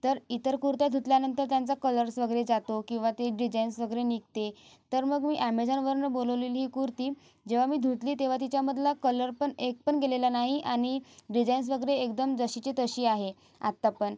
तर इतर कुर्त्या धुतल्यानंतर त्यांचा कलर्स वगैरे जातो किंवा ती डिझाईन्स सगळी निघते तर मग मी ॲमेझानवरनं बोलवलेली कुर्ती जेव्हा मी धुतली तेव्हा तिच्यामधला कलरपण एकपण गेलेला नाही आणि डिझाइन्स वगैरे एकदम जशीच्या तशी आहे आतापण